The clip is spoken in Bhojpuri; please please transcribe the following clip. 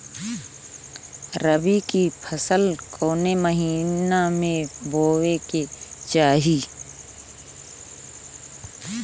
रबी की फसल कौने महिना में बोवे के चाही?